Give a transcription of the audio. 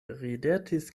ridetis